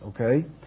Okay